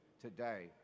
today